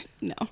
no